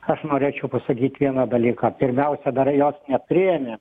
aš norėčiau pasakyt vieną dalyką pirmiausia dar jos nepriėmė